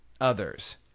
others